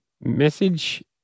Message